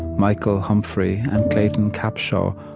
michael humphrey and clayton capshaw,